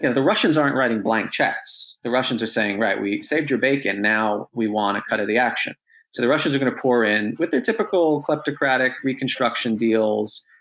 and the russians aren't writing blind checks. the russians are saying, right we saved your bacon, now we want a cut of the action. so the russians are going to pour in with their typical kleptocratic reconstruction deals,